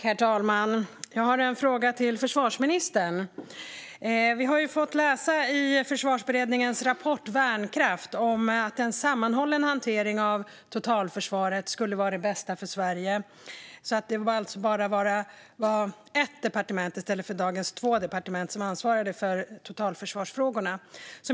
Herr talman! Jag har en fråga till försvarsministern. Vi har i Försvarsberedningens rapport Värnkraft fått läsa att en sammanhållen hantering av totalförsvaret skulle vara det bästa för Sverige, så att det alltså skulle vara bara ett departement i stället för dagens två som ansvarade för totalförsvarsfrågorna.